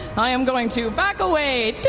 i am going to back away.